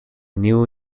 new